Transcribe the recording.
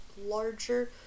larger